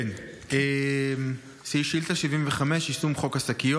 כן, זו שאילתה 75: יישום חוק השקיות.